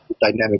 dynamic